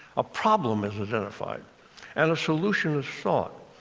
a problem is identified and a solution is sought.